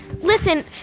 Listen